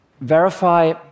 Verify